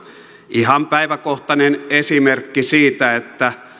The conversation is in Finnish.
ihan päiväkohtaisena esimerkkinä siitä että